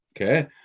Okay